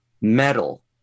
metal